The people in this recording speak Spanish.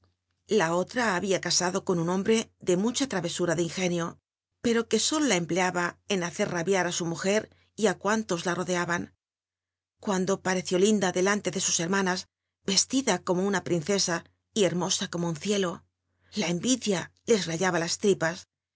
la otra hallia tasado con un hombre de mucha tral ura de ingenio pero cfuc olo la empleaba en hacer rabiar á u mujer y á cuanto le rodeaban cuando parcci í lindet delanle sus bcrmana s cslida como una princesa y bermosa como un ek lo la en idia les rallaba las tripas